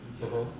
mmhmm